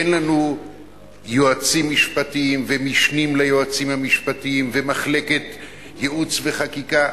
אין לנו יועצים משפטיים ומשנים ליועצים המשפטיים ומחלקת ייעוץ וחקיקה,